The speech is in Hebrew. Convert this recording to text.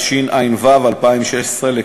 התשע"ו 2016,